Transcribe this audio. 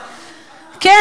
לא,